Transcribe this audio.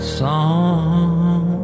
song